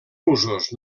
usos